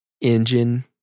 engine